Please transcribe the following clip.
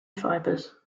fibers